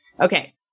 Okay